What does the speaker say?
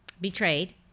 betrayed